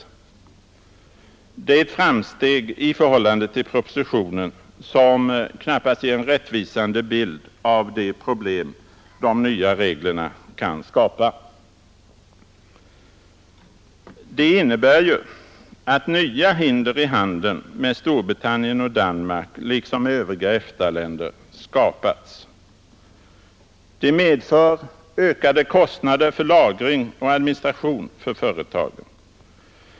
Det är ett framsteg i förhållande till propositionen, vilken knappast ger en rättvisande bild av de problem de nya reglerna kan skapa. De innebär ju att nya hinder i handeln med Storbritannien och Danmark liksom med övriga EFTA-länder skapats. De medför ökade kostnader för lagring och administration för företagen.